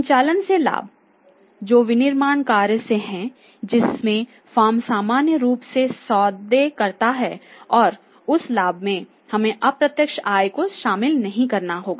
संचालन से लाभ जो विनिर्माण कार्यों से है जिसमें फर्म सामान्य रूप से सौदे करता है और उस लाभ में हमें अप्रत्यक्ष आय को शामिल नहीं करना होगा